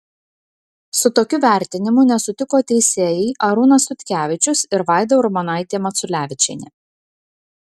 su tokiu vertinimu nesutiko teisėjai arūnas sutkevičius ir vaida urmonaitė maculevičienė